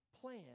plan